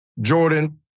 Jordan